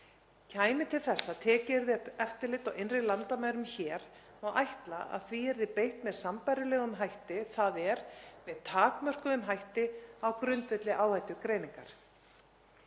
Kæmi til þess að tekið yrði upp eftirlit á innri landamærum hér má ætla að því yrði beitt með sambærilegum hætti, þ.e. með takmörkuðum hætti á grundvelli áhættugreiningar.